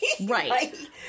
Right